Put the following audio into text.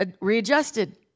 readjusted